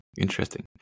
Interesting